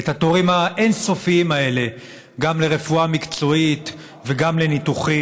את התורים האין-סופיים האלה גם לרפואה מקצועית וגם לניתוחים,